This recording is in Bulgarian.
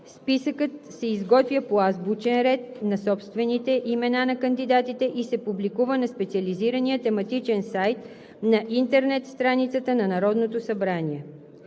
Списъкът се изготвя по азбучен ред на собствените имена на кандидатите и се публикува на специализирания тематичен сайт на интернет страницата на Народното събрание.